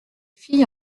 filles